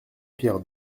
pierre